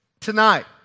tonight